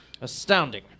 Astounding